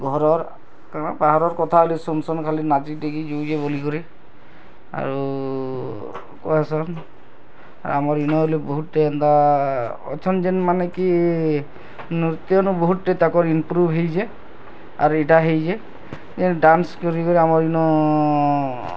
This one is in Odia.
ଘରର୍ କାଣା ବାହାରର୍ କଥା ବୋଲି କରି ଶୁନ୍ ଶୁନ୍ ନାଚି ଟିକି ଯୁଉଁଚେ ବୋଲିକରି ଆରୁ କହେସନ୍ ଆମର ଇନେ ହେଲେ ବହୁତ୍ ହେନ୍ତା ଅଛନ୍ ଯେନ୍ ମାନେକି ନୃତ୍ୟନୁ ବହୁତ୍ଟେ ତାକର୍ ଇମ୍ପ୍ରୁଭ୍ ହେଇଛେଁ ଆର୍ ଇଟା ହେଇଛେଁ ୟେ ଡ଼୍ୟାନ୍ସ କରି କରି ଆମର୍ ଇନୁ